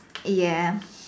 eh yeah